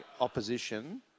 opposition